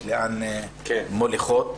לאן מריבות מוליכות,